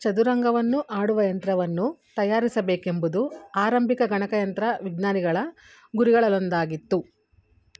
ಚದುರಂಗವನ್ನು ಆಡುವ ಯಂತ್ರವನ್ನು ತಯಾರಿಸಬೇಕೆಂಬುದು ಆರಂಭಿಕ ಗಣಕಯಂತ್ರ ವಿಜ್ಞಾನಿಗಳ ಗುರಿಗಳಲ್ಲೊಂದಾಗಿತ್ತು